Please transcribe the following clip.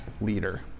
leader